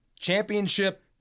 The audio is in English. championship